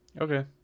Okay